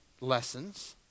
lessons